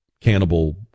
cannibal